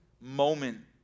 moment